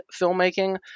filmmaking